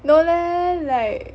no leh like